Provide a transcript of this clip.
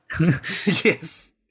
Yes